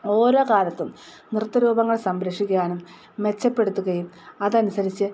ഓരോ കാലത്തും നൃത്തരൂപങ്ങൾ സംരക്ഷിക്കാനും മെച്ചപ്പെടുത്തുകയും അതനുസരിച്ച്